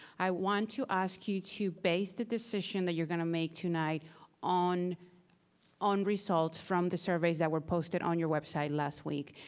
i want to ask you to base the decision that you're gonna make tonight on on results from the surveys that were posted on your website last week,